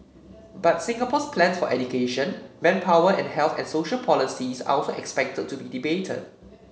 but Singapore's plans for education manpower and health and social policies are also expected to be debated